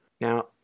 Now